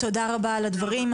תודה רבה על הדברים.